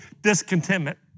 discontentment